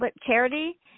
Charity